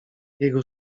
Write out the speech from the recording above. jego